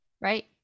Right